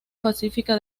pacífica